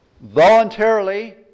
voluntarily